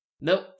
Nope